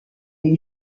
gli